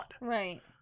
Right